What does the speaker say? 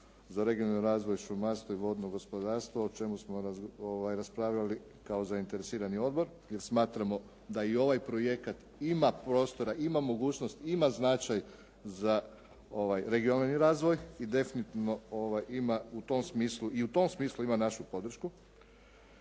za regionalni razvoj, šumarstvo i vodno gospodarstvo o čemu smo raspravljali kao zainteresirani odbor jer smatramo da i ovaj projekat ima prostora, ima mogućnost, ima značaj za regionalni razvoj i definitivno ima u tom smislu, i u tom smislu ima našu podršku.